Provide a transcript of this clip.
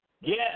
Yes